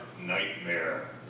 nightmare